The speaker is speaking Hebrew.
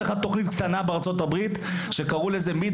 אתן לך תוכנית קטנה בארצות-הברית שקראו לזה mid